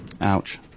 Ouch